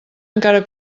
encara